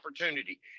opportunity